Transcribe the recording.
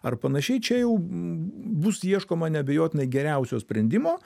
ar panašiai čia jau bus ieškoma neabejotinai geriausio sprendimo